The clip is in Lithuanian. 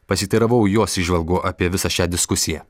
pasiteiravau jos įžvalgų apie visą šią diskusiją